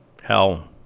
hell